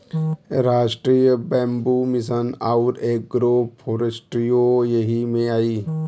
राष्ट्रीय bamboo mission आउर agro फ़ोरेस्ट्रीओ यही में आई